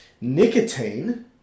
Nicotine